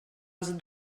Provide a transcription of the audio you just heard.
els